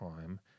time